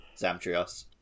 Zamtrios